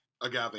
agave